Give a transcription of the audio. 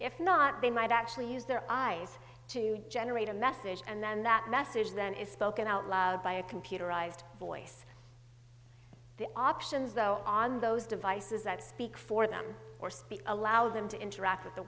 if not they might actually use their eyes to generate a message and then that message then is spoken out loud by a computerized voice the options though on those devices that speak for them or speak allows him to interact